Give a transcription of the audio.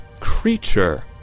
creature